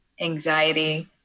anxiety